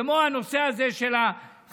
כמו הנושא הזה של החד-פעמי